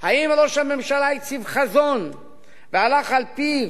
אם ראש הממשלה הציב חזון והלך על-פיו,